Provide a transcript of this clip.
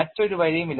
മറ്റൊരു വഴിയുമില്ല